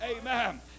Amen